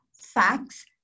facts